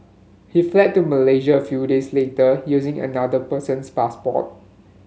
he fled to Malaysia a few days later using another person's passport